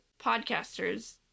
podcasters